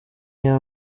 iya